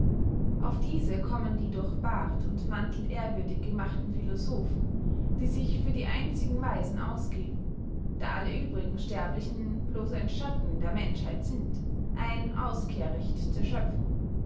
auf diese kommen die durch bart und mantel ehrwürdig gemachte philosophen die sich für die einzigen weisen ausgeben da alle übrigen sterblichen blos ein schatten der menschheit sind ein auskericht der schöpfung